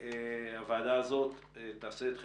והוועדה הזאת תעשה את חלקה.